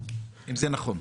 אם זה נכון.